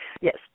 Yes